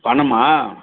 பணமா